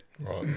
Right